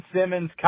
Simmons